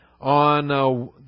on